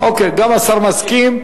אוקיי, גם השר מסכים.